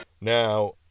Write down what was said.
Now